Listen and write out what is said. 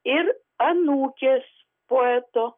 ir anūkės poeto